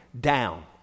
down